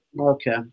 Okay